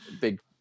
big